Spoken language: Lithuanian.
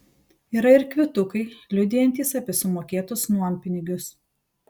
yra ir kvitukai liudijantys apie sumokėtus nuompinigius